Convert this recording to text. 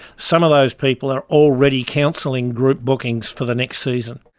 some of those people are already cancelling group bookings for the next season.